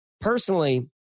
personally